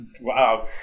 Wow